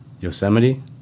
Yosemite